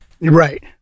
Right